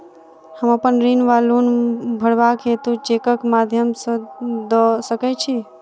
हम अप्पन ऋण वा लोन भरबाक हेतु चेकक माध्यम सँ दऽ सकै छी?